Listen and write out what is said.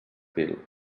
fil